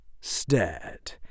stared